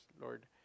Lord